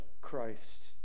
Christ